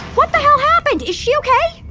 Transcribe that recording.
what the hell happened? is she okay?